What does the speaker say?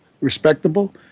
respectable